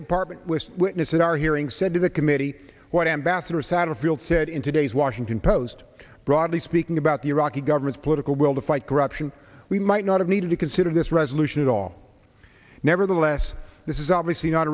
department list witnesses are hearing said to the committee what ambassador satterfield said in today's washington post broadly speaking about the iraqi government political will to fight corruption we might not have needed to consider this resolution at all nevertheless this is obviously not